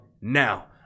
now